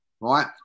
Right